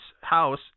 house